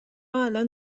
الان